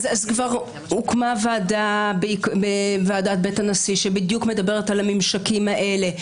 אז הוקמה ועדת בית הנשיא שבדיוק מדברת על הממשקים האלה,